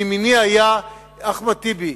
מימיני היה אחמד טיבי,